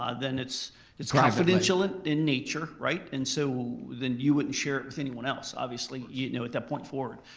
ah then it's it's confidential in nature, right? and so then you wouldn't share it with anyone else. obviously you know at that point forward.